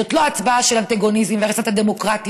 זאת לא רק הצבעה של אנטגוניזם והריסת הדמוקרטיה,